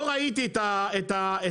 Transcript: לא ראיתי את הסופרים,